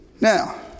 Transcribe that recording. Now